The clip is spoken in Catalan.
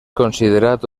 considerat